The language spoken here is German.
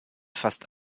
fast